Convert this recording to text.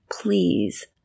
please